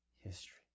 history